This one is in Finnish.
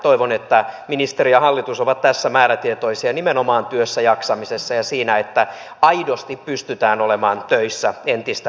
toivon että ministeri ja hallitus ovat tässä määrätietoisia nimenomaan työssäjaksamisessa ja siinä että aidosti pystytään olemaan töissä entistä pidempään